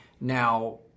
now